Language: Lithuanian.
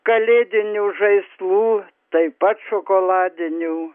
kalėdinių žaislų taip pat šokoladinių